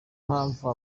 mpamvu